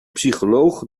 psycholoog